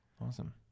Awesome